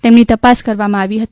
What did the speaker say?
તેમની તપાસ કરવામા આવી હતી